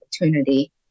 opportunity